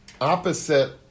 opposite